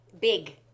big